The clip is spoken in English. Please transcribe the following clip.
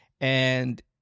and-